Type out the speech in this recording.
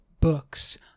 books